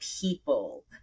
people